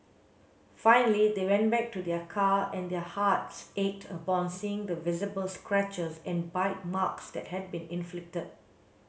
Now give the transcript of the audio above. finally they went back to their car and their hearts ached upon seeing the visible scratches and bite marks that had been inflicted